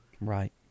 Right